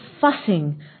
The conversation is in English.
fussing